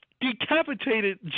decapitated